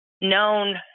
known